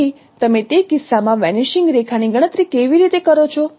તેથી તમે તે કિસ્સામાં વેનીશિંગ રેખાની ગણતરી કેવી રીતે કરો છો